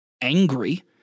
angry